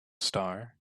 star